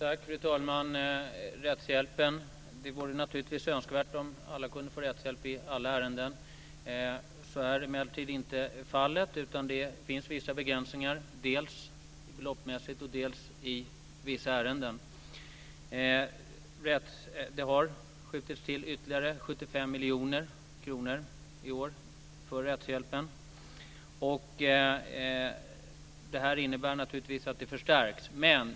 Fru talman! Det vore naturligtvis önskvärt att alla kunde få rättshjälp i alla ärenden. Så är emellertid inte fallet, utan det finns vissa begränsningar, dels beloppsmässigt, dels i vissa ärenden. Det har skjutits till ytterligare 75 miljoner kronor för rättshjälpen i år, och det innebär naturligtvis att den förstärks.